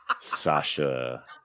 sasha